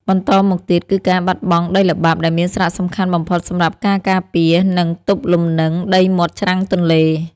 បន្តមកទៀតគឺការបាត់បង់ដីល្បាប់ដែលមានសារៈសំខាន់បំផុតសម្រាប់ការការពារ និង ទប់លំនឹងដីមាត់ច្រាំងទន្លេ។